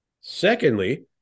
Secondly